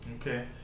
Okay